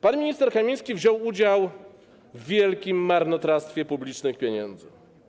Pan minister Kamiński wziął udział w wielkim marnotrawstwie publicznych pieniędzy.